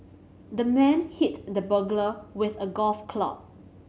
the man hit the burglar with a golf club